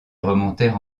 remontèrent